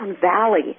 Valley